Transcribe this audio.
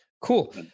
cool